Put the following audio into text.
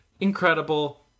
incredible